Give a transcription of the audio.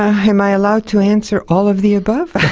am i allowed to answer all of the above?